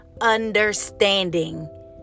understanding